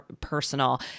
personal